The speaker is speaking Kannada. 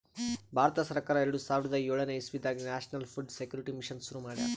ಭಾರತ ಸರ್ಕಾರ್ ಎರಡ ಸಾವಿರದ್ ಯೋಳನೆ ಇಸವಿದಾಗ್ ನ್ಯಾಷನಲ್ ಫುಡ್ ಸೆಕ್ಯೂರಿಟಿ ಮಿಷನ್ ಶುರು ಮಾಡ್ಯಾರ್